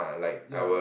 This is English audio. ya